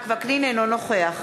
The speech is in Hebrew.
אינו נוכח